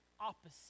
opposite